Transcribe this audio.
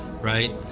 right